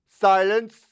Silence